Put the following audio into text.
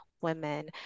women